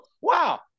wow